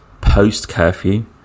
post-curfew